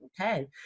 Okay